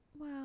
Wow